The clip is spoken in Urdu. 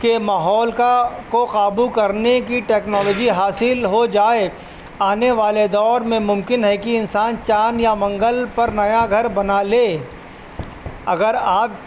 کے ماحول کا کو قابو کرنے کی ٹیکنالوجی حاصل ہو جائے آنے والے دور میں ممکن ہے کہ انسان چاند یا منگل پر نیا گھر بنا لے اگر آپ